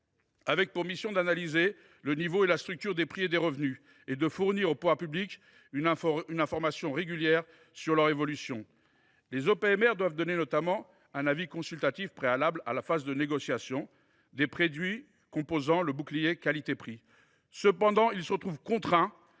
ont pour mission d’analyser le niveau et la structure des prix et des revenus et de fournir aux pouvoirs publics une information régulière sur leur évolution. Les OPMR donnent notamment un avis consultatif préalable à la phase de négociation des prix des produits composant le bouclier qualité prix. Mais ils sont contraints